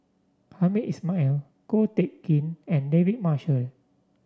Hamed Ismail Ko Teck Kin and David Marshall